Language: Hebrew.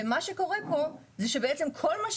ומה שקורה פה זה שבעצם כל מה שעשו,